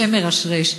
בשם מרשרש,